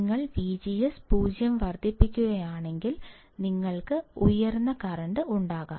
നിങ്ങൾ വിജിഎസ് 0 വർദ്ധിപ്പിക്കുകയാണെങ്കിൽ ഞങ്ങൾക്ക് ഉയർന്ന കറന്റ് ഉണ്ടാകാം